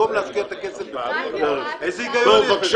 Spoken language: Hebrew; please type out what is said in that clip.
במקום --- את הכסף איזה היגיון יש בזה?